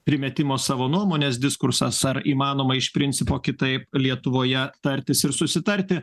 primetimo savo nuomonės diskursas ar įmanoma iš principo kitaip lietuvoje tartis ir susitarti